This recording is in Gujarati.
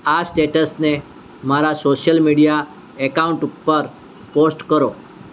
આ સ્ટેટસને મારા સોશિયલ મીડિયા એકાઉન્ટ ઉપર પોસ્ટ કરો